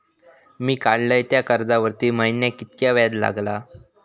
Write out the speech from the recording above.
मी काडलय त्या कर्जावरती महिन्याक कीतक्या व्याज लागला?